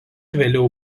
vėliau